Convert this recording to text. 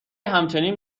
همچنین